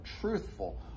truthful